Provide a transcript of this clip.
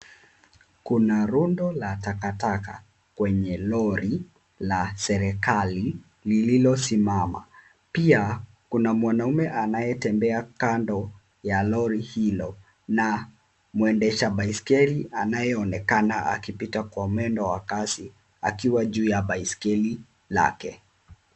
Kuna rundo la takataka kwenye lori la serikali lililosimama. Pia kuna mwanaume anayetembea kando ya lori hilo na mwendesha baiskeli anayeonekana akipita kwa mwendo wa kasi akiwa juu ya baiskeli lake.